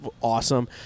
awesome